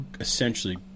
essentially